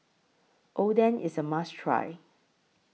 Oden IS A must Try